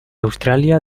australia